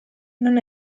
non